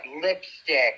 lipstick